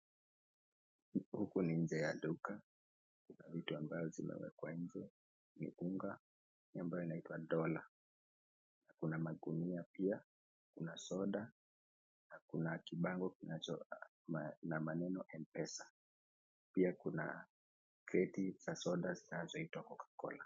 Huku ni nje ya duka. Vitu ambavyo vimewekwa nje ni unga ambayo inaitwa Dola na kuna magunia pia, kuna soda na kuna kibango kinacho na maneno "Mpesa". Pia, kuna kreti za soda zinazoitwa Coca Cola.